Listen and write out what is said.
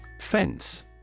Fence